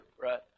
right